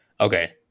Okay